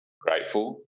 grateful